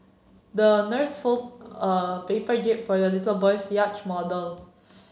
the nurse fold a paper jib for the little boy's yacht model